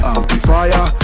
Amplifier